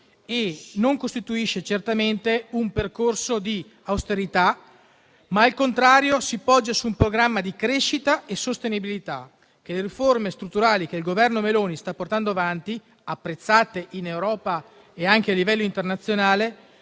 e non costituisce certamente un percorso di austerità, ma, al contrario, si poggia su un programma di crescita e sostenibilità. Le riforme strutturali che il Governo Meloni sta portando avanti, apprezzate in Europa e anche a livello internazionale,